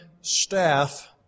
staff